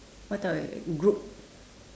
what type of group